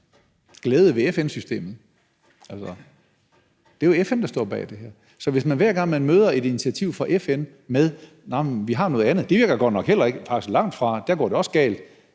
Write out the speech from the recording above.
glæde ved FN-systemet? Det er jo FN, der står bag det her. Så man møder et initiativ fra FN med, at man har noget andet, selv om det godt nok heller ikke virker, faktisk langtfra; der går det også galt.